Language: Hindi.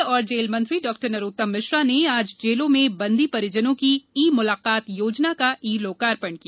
गृह और जेल मंत्री डॉ नरोत्तम मिश्रा ने आज जेलों में बंदी परिजनों की ई मुलाकात योजना का ई लोकार्पण किया